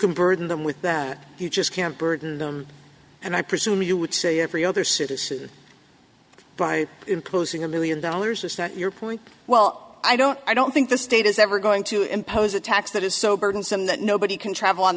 burden them with that you just can't burden them and i presume you would say every other citizen by imposing a million dollars to start your point well i don't i don't think the state is ever going to impose a tax that is so burdensome that nobody can travel on